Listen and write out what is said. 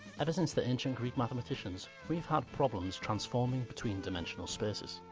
ever since the ancient greek mathematicians, we've had problems transforming between dimensional spaces.